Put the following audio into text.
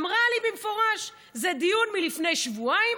אמרה לי במפורש: זה דיון מלפני שבועיים